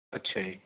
ਅੱਛਾ ਜੀ